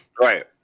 Right